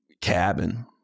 cabin